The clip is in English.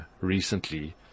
recently